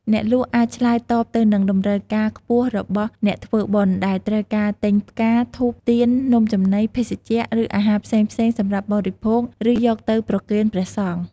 អ្នកលក់អាចឆ្លើយតបទៅនឹងតម្រូវការខ្ពស់របស់អ្នកធ្វើបុណ្យ ដែលត្រូវការទិញផ្កា ធូប ទៀន នំចំណី ភេសជ្ជៈ ឬអាហារផ្សេងៗសម្រាប់បរិភោគ ឬយកទៅប្រគេនព្រះសង្ឃ។